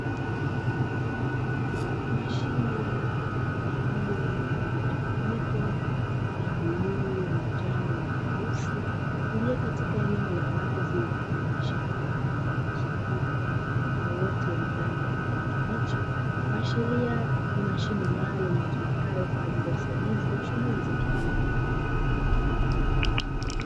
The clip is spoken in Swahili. Mashine iliyo na rangi mchanganyiko ya bluu, manjano na nyeusi. Iliyo katika eneo la wazi mfano wa shamba, uliozungukwa na uoto wenye rangi ya kijani kibichi. Kuashiria ni mashine maalumu itumikayo kwa ajili ya usaidizi wa shughuli za kilimo.